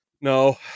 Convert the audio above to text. no